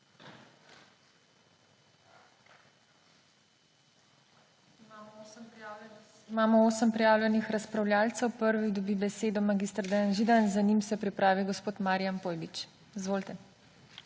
Imamo 8 prijavljenih razpravljavcev. Prvi dobi besedo mag. Dejan Židan, za njim se pripravi gospod Marijan Pojbič. Izvolite.